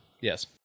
Yes